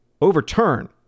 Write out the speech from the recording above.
overturn